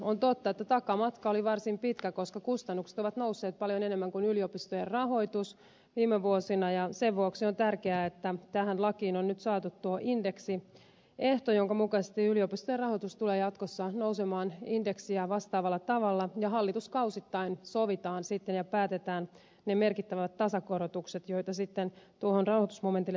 on totta että takamatka oli varsin pitkä koska kustannukset ovat nousseet paljon enemmän kuin yliopistojen rahoitus viime vuosina ja sen vuoksi on tärkeää että tähän lakiin on nyt saatu tuo indeksiehto jonka mukaisesti yliopistojen rahoitus tulee jatkossa nousemaan indeksiä vastaavalla tavalla ja hallituskausittain sovitaan sitten ja päätetään ne merkittävät tasokorotukset joita tuolle rahoitusmomentille tulevat